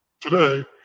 today